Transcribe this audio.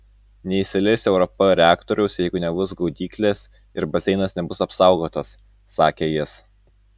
neįsileis europa reaktoriaus jeigu nebus gaudyklės ir baseinas nebus apsaugotas sakė jis